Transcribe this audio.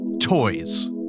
Toys